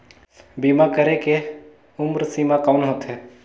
बीमा करे के उम्र सीमा कौन होथे?